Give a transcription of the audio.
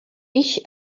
ich